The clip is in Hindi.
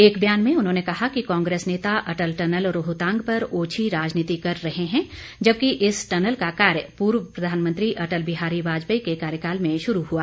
एक बयान में उन्होंने कहा कि कांग्रेस नेता अटल टनल रोहतांग पर ओछी राजनीति कर रहे हैं जबकि इस टनल का कार्य पूर्व प्रधानमंत्री अटल बिहारी वाजपेयी के कार्यकाल में शुरू हुआ